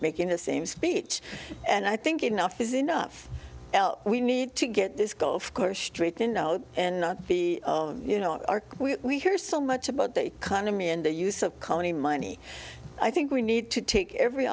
making the same speech and i think enough is enough else we need to get this golf course straightened out and not be you know are we are so much about the economy and the use of company money i think we need to take every